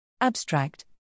Abstract